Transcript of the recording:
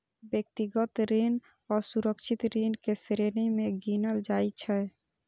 व्यक्तिगत ऋण असुरक्षित ऋण के श्रेणी मे गिनल जाइ छै